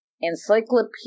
Encyclopedia